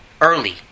early